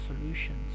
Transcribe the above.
solutions